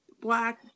black